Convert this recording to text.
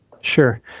Sure